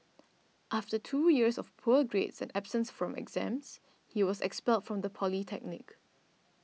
after two years of poor grades and absence from exams he was expelled from the polytechnic